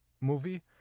movie